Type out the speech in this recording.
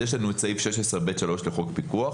יש לנו את סעיף 16(ב)(3) לחוק הפיקוח,